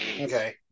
Okay